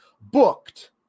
booked